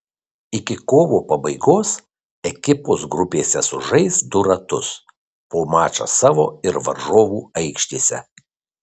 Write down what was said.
iki kovo pabaigos ekipos grupėse sužais du ratus po mačą savo ir varžovų aikštėse